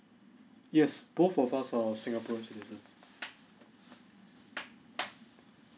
yes both of us are singapore citizens